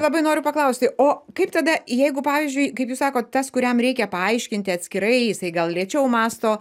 labai noriu paklausti o kaip tada jeigu pavyzdžiui kaip jūs sakot tas kuriam reikia paaiškinti atskirai jisai gal lėčiau mąsto